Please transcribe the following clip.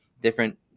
different